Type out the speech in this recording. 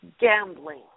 gambling